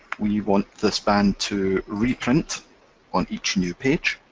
we want this band to reprint on each new page,